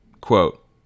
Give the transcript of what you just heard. quote